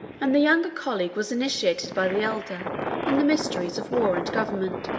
and the younger colleague was initiated by the elder in the mysteries of war and government.